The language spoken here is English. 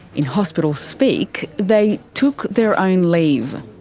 in hospital speak, they took their own leave.